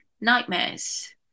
nightmares